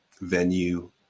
venue